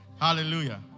Hallelujah